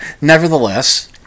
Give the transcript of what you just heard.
nevertheless